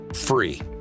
free